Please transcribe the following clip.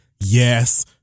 Yes